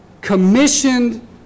commissioned